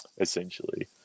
essentially